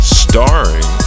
starring